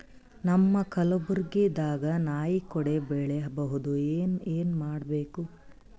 ನಮ್ಮ ಕಲಬುರ್ಗಿ ದಾಗ ನಾಯಿ ಕೊಡೆ ಬೆಳಿ ಬಹುದಾ, ಏನ ಏನ್ ಮಾಡಬೇಕು?